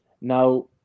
Now